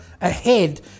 ahead